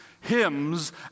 hymns